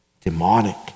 demonic